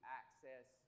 access